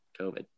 covid